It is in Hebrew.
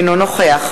אינו נוכח